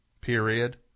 Period